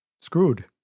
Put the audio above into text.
screwed